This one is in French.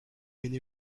maine